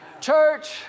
Church